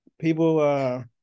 people